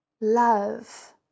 love